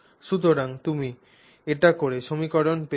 সুতরাং তুমি এটি করে এই সমীকরণ পেয়েছ